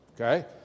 okay